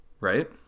right